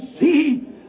see